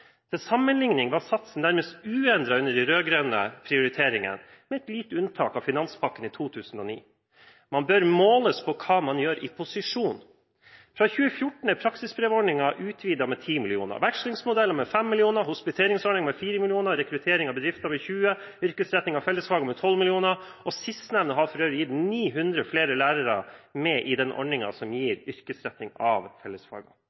Til sammenlikning var satsen nærmest uendret under de rød-grønnes prioriteringer, med et lite unntak for finanspakken i 2009. Man bør måles på hva man gjør i posisjon. Fra 2014 er praksisbrevordningen utvidet med 10 mill. kr, vekslingsmodellen med 5 mill. kr, hospiteringsordningen med 4 mill. kr, rekruttering av bedrifter med 20 mill. kr, yrkesretting av fellesfag med 12 mill. kr. Sistnevnte har for øvrig gitt 900 flere lærere med i ordningen som